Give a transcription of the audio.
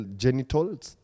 genitals